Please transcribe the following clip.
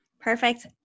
Perfect